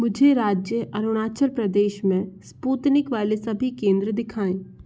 मुझे राज्य अरुणाचल प्रदेश में स्पूतनिक वाले सभी केंद्र दिखाएँ